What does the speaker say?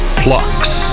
plucks